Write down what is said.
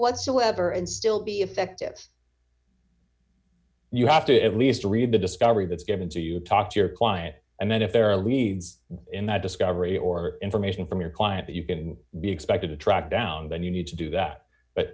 whatsoever and still be effective you have to at least read the discovery that's given to you talk to your client and then if there are leads in that discovery or information from your client you can be expected to track down then you need to do that but